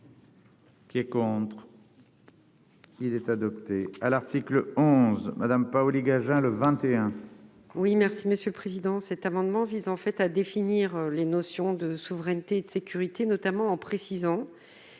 Qui est contre. Il est adopté à l'article 11 Madame Paoli gageant le 21. Oui, merci Monsieur le Président, cet amendement vise en fait à définir les notions de souveraineté, de sécurité, notamment en précisant